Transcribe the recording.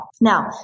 Now